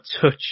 touch